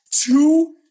Two